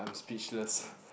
speechless